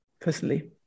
personally